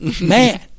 man